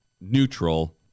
neutral